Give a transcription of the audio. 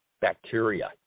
bacteria